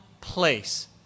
place